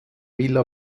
villa